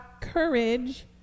courage